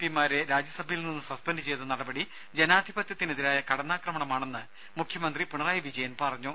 പിമാരെ രാജ്യസഭയിൽ നിന്ന് സസ്പെന്റു ചെയ്ത നടപടി ജനാധിപത്യത്തിനെതിരായ കടന്നാക്രമണമാണെന്ന് മുഖ്യമന്ത്രി പിണറായി വിജയൻ പറഞ്ഞു